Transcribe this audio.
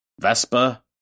Vespa